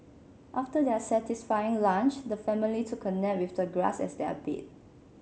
after their satisfying lunch the family took a nap with the grass as their bed